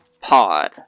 pod